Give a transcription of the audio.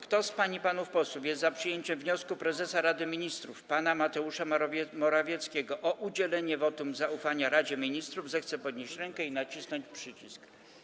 Kto z pań i panów posłów jest za przyjęciem wniosku prezesa Rady Ministrów pana Mateusza Morawieckiego o udzielenie wotum zaufania Radzie Ministrów, zechce podnieść rękę i nacisnąć przycisk.